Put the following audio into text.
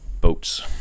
boats